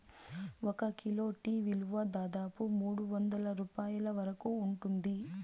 ఒక kilo tea విలువ దాదాపు మూడువందల రూపాయల వరకు ఉంటుంది